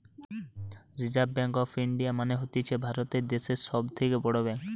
reserve Bank of India মানে হতিছে ভারত দ্যাশের সব থেকে বড় ব্যাঙ্ক